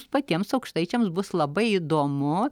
patiems aukštaičiams bus labai įdomu